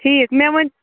ٹھیٖک مےٚ ؤنۍ